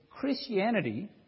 Christianity